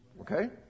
Okay